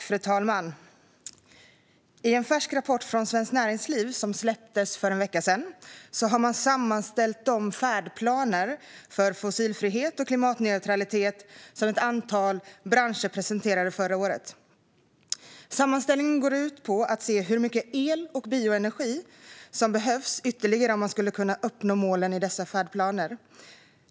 Fru talman! I en färsk rapport från Svenskt Näringsliv, som släpptes för en vecka sedan, har man sammanställt de färdplaner för fossilfrihet och klimatneutralitet som ett antal branscher presenterade förra året. Sammanställningen går ut på att se hur mycket el och bioenergi som behövs ytterligare om man ska kunna uppnå målen i dessa färdplaner.